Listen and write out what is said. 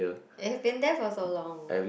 it has been there for so long